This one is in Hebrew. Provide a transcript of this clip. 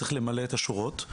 צריך למלא את השורות.